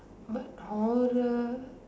but horror